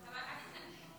אבל אל תתנגדי.